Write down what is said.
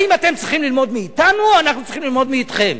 האם אתם צריכים ללמוד מאתנו או שאנחנו צריכים ללמוד מכם?